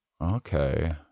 Okay